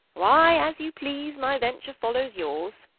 why, as you please my venture follows yours.